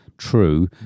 true